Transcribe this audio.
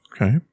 Okay